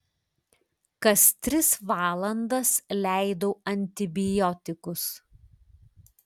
kas tris valandas leidau antibiotikus